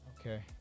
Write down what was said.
Okay